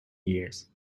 years